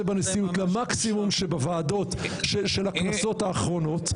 בנשיאות למקסימום שבוועדות של הכנסות האחרונות.